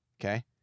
Okay